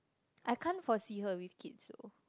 I can't foresee her with kids so